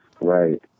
Right